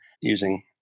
using